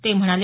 ते म्हणाले